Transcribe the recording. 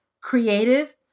creative